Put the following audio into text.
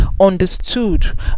understood